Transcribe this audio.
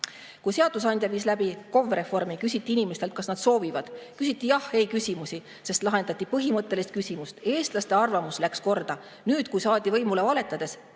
Kui seadusandja viis läbi KOV-reformi, küsiti inimestelt, kas nad seda soovivad. Küsiti jah-ei-küsimusi, sest lahendati põhimõttelist küsimust. Eestlaste arvamus läks korda. Nüüd, kui valetades võimule saadi